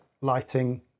lighting